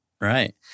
right